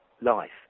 life